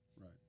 Right